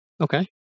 Okay